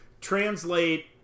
translate